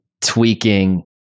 tweaking